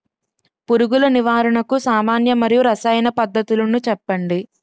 పురుగుల నివారణకు సామాన్య మరియు రసాయన పద్దతులను చెప్పండి?